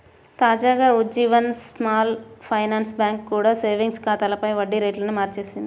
తాజాగా Ujjivan small finance bank కూడా savings ఖాతాలపై వడ్డీ రేట్లను మార్చేసింది